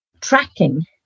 tracking